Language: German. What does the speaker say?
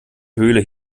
höhle